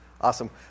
Awesome